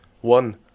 one